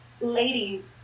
ladies